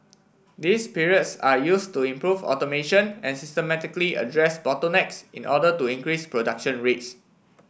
these periods are used to improve automation and systematically address bottlenecks in order to increase production rates